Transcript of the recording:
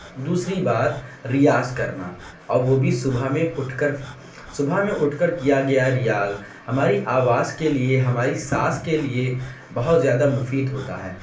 دوسری بات ریاض کرنا اور وہ بھی صبح میں اٹھ کر صبح میں اٹھ کر کیا گیا ریاض ہماری آواز کے لیے ہماری سانس کے لیے بہت زیادہ مفید ہوتا ہے